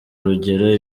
urugero